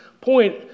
point